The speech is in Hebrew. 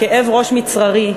כאב ראש מצררי,